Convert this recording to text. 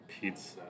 pizza